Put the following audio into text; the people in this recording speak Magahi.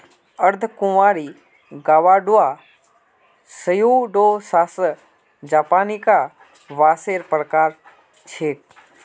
अर्धकुंवारी ग्वाडुआ स्यूडोसासा जापानिका बांसेर प्रकार छिके